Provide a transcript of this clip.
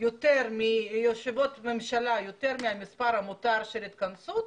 יותר מהמספר המותר של התכנסות,